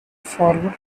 forward